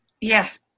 yes